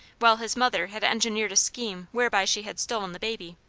while his mother had engineered a scheme whereby she had stolen the baby.